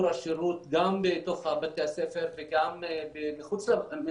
השירות גם בתוך בתי הסוהר וגם מחוץ להם